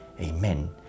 Amen